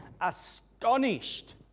astonished